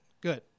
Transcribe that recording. good